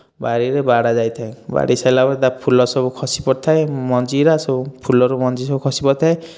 ବାରିରେ ବାଡ଼ାଯାଇଥାଏ ବାଡ଼େଇ ସାରିଲାପରେ ତା ଫୁଲ ସବୁ ଖସି ପଡ଼ିଥାଏ ମଞ୍ଜିଗୁଡ଼ା ସବୁ ଫୁଲରୁ ମଞ୍ଜି ସବୁ ଖସିପଡ଼ିଥାଏ